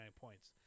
points